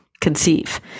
conceive